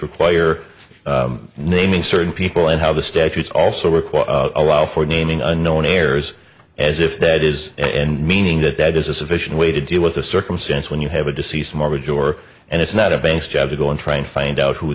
require naming certain people and how the statutes also require allow for naming unknown heirs as if that is and meaning that that is a sufficient way to deal with a circumstance when you have a deceased mortgage or and it's not a bank's job to go and try and find out who